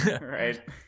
Right